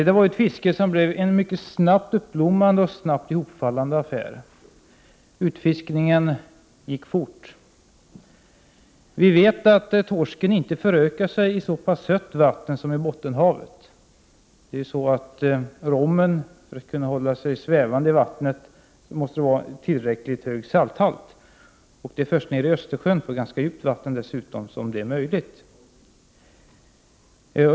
Det var ett fiske som blev en mycket snabbt uppblommande och en snabbt ihopfallande affär. Utfiskningen gick fort. Vi vet att torsken inte förökar sig i så pass sött vatten som vattnet i Bottenhavet. För att rommen skall kunna hålla sig svävande i vattnet måste det vara tillräckligt hög salthalt, och det är först nere i Östersjön på ganska djupt vatten som detta är möjligt.